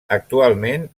actualment